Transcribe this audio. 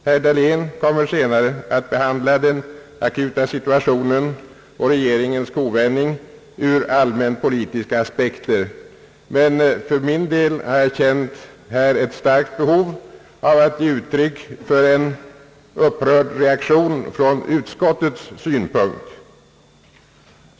Herr Dahlén kommer senare att behandla den akuta situationen och regeringens kovändning ur allmänt politiska aspekter, men för min del har jag känt ett starkt behov att ge uttryck för en upprörd reaktion från utskottets synpunkt.